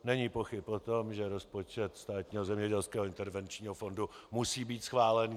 Není pochyb o tom, že rozpočet Státního zemědělského a intervenčního fondu musí být schválen.